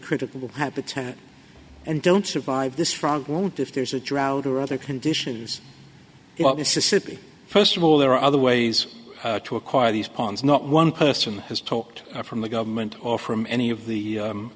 critical habitat and don't survive this front won't if there's a drought or other conditions mississippi first of all there are other ways to acquire these ponds not one person has talked from the government or from any of